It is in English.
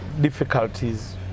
difficulties